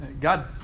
God